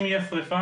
אם תהיה שריפה,